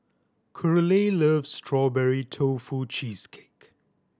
Curley loves Strawberry Tofu Cheesecake